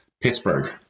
Pittsburgh